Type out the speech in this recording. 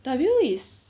w is